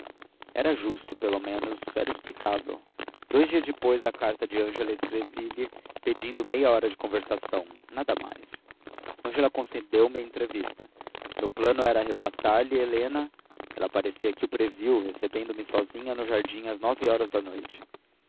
era justo pelo menos era explicável dois dias depois da carta de ângela escrevi-lhe pedindo meia hora de conversação nada mais ângela concedeu me a entrevista meu plano era arrebatar-lhe helena ela parece que o previu recebendo me sozinha no jardim às nove horas da noite